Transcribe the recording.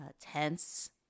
tense